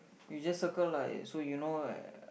you just circle lah so you know right